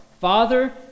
Father